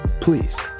Please